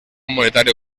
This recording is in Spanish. monetario